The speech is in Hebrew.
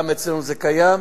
וגם אצלנו זה קיים.